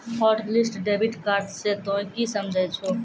hotlist debit card से तोंय की समझे छौं